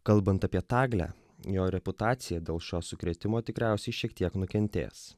kalbant apie tagle jo reputaciją dėl šio sukrėtimo tikriausiai šiek tiek nukentės